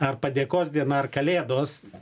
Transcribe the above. ar padėkos diena ar kalėdos